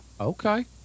Okay